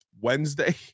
Wednesday